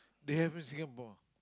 they have in Singapore